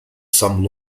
some